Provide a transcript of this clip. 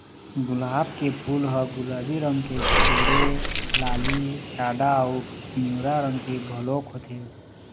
गुलाब के फूल ह गुलाबी रंग के छोड़े लाली, सादा अउ पिंवरा रंग के घलोक होथे